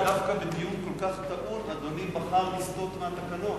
חבר הכנסת זאב, תלך גם אתה לבית-סוהר.